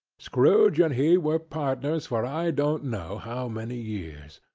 scrooge and he were partners for i don't know how many years.